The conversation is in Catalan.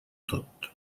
tot